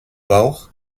bauch